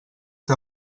que